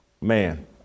man